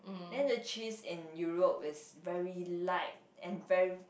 then the cheese in Europe is very light and very